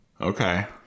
Okay